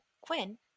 Quinn